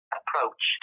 approach